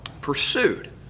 pursued